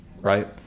Right